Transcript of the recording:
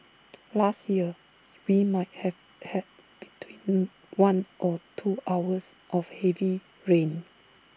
last year we might have had between one or two hours of heavy rain